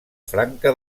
franca